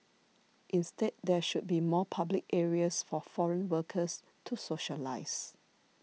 instead there should be more public areas for foreign workers to socialise